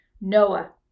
Noah